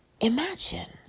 Imagine